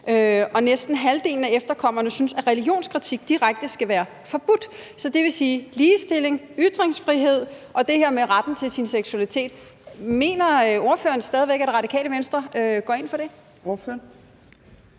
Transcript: og næsten halvdelen af efterkommerne synes, at religionskritik direkte skal være forbudt. Så med hensyn til ligestilling, ytringsfrihed og det her med retten til egen seksualitet mener ordføreren så stadig væk, at Det Radikale Venstre går ind for det?